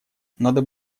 надо